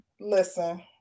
Listen